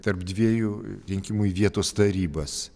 tarp dviejų rinkimų į vietos tarybas